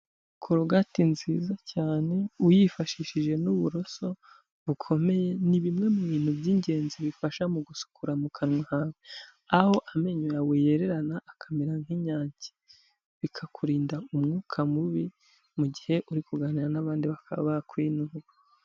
Korogati nziza cyane uyifashishije n'uburoso bukomeye, ni bimwe mu bintu by'ingenzi bifasha mu gusukura mu kanwa kawe, aho amenyo yawe yererana akamera nk'inyange, bikakurinda umwuka mubi mu gihe uri kuganira n'abandi, bakaba bakwinuba.